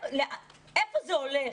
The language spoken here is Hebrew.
איפה זה הולך?